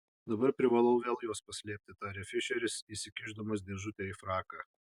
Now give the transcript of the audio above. dabar privalau vėl juos paslėpti tarė fišeris įsikišdamas dėžutę į fraką